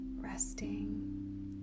resting